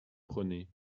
prenez